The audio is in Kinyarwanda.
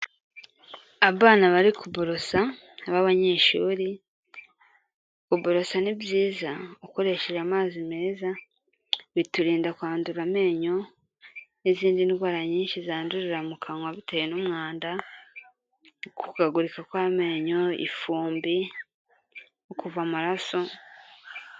Abana bari kuborosa b’abanyeshuri. Kuborosa ni byiza ukoresheje amazi meza, biturinda kwandura amenyo n’izindi ndwara nyinshi zandurira mu kanwa bitewe n’umwanda, gukukagurika kw’amenyo n’ifumbi no kuva amaraso.